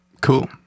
Cool